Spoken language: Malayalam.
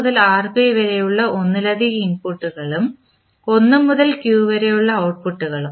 മുതൽ rp വരെ ഉള്ള ഒന്നിലധികം ഇൻപുട്ടുകളും 1 മുതൽ q വരെ ഉള്ള ഔട്ട്പുട്ടുകളും